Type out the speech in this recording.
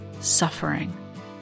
suffering